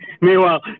Meanwhile